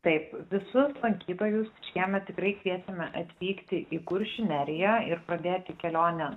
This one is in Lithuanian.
taip visus lankytojus šiemet tikrai kviečiame atvykti į kuršių neriją ir pradėti kelionę